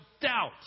doubt